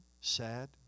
sad